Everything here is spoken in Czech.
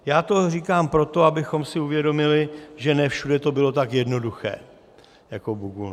Já to říkám proto, abychom si uvědomili, že ne všude to bylo tak jednoduché jako v Bugulmě.